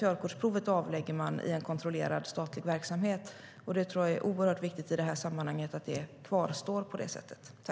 Körkortsprovet avlägger man i en kontrollerad statlig verksamhet, och jag tror att det är oerhört viktigt i detta sammanhang att det kvarstår på det sättet.